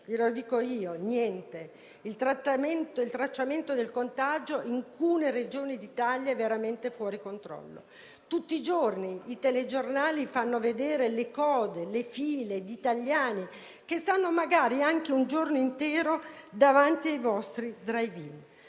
Il tracciamento del contagio in alcune Regioni d'Italia è veramente fuori controllo: tutti i giorni i telegiornali mostrano le code, le file di italiani che stanno magari anche un giorno intero davanti ai vostri *drive-in.*